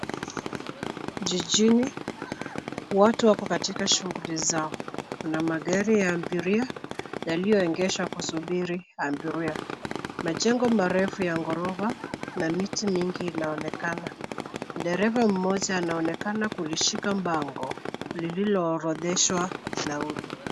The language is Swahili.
Jijini, watu wako katika shughuli zao. Kuna magari ya abiria, yaliyoegeshwa kusubiri abiria. Majengo marefu ya ghorofa, na miti mingi inaonekana. Dereva mmoja anaonekana kulishika bango, lililoorodheshwa nauli.